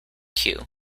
queue